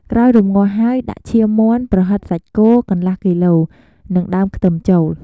ក្រោយរំងាស់ហើយដាក់ឈាមមាន់ ប្រហិតសាច់គោកន្លះគីឡូ និងដើមខ្ទឹមចូល។